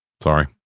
Sorry